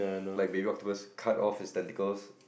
like baby octopus cut off it's tentacles